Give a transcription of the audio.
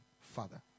Father